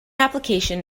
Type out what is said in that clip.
application